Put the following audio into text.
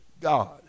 God